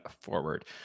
forward